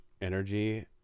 energy